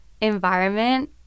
environment